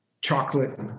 chocolate